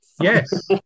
Yes